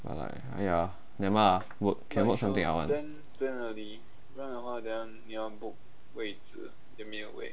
ya lah !aiya! never mind lah work can work something out